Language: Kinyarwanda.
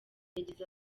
yagize